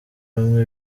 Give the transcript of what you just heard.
bamwe